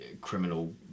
criminal